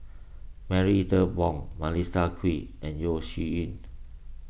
Marie Ethel Bong Melissa Kwee and Yeo Shih Yun